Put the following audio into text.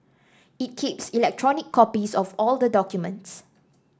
it keeps electronic copies of all the documents